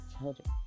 children